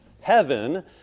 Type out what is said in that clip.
heaven